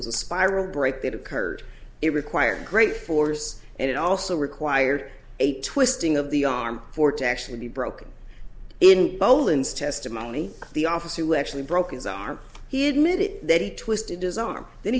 was a spiral break that occurred it required great force and it also required a twisting of the arm for to actually be broken in both hands testimony the officer who actually broke his arm he admitted that he twisted his arm then